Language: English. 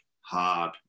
hard